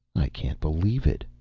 i can believe it,